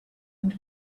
and